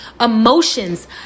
emotions